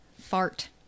fart